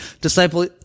disciple